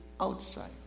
outside